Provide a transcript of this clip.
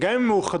גם אם הן מאוחדות,